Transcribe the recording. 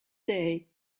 day